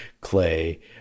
Clay